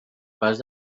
pas